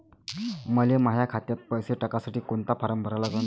मले माह्या खात्यात पैसे टाकासाठी कोंता फारम भरा लागन?